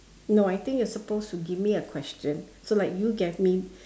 no I think you are supposed to give me a question so like you gave me